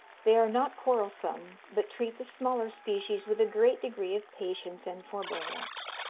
they are not quarrelsome, but treat the smaller species with a great degree of patience and forbearance.